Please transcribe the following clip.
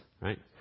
right